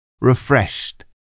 Refreshed